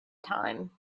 time